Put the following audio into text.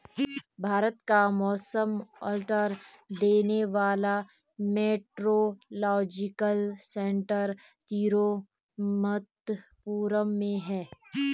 भारत का मौसम अलर्ट देने वाला मेट्रोलॉजिकल सेंटर तिरुवंतपुरम में है